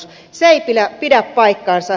se ei pidä paikkaansa